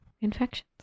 infections